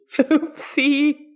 Oopsie